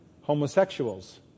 homosexuals